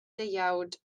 deuawd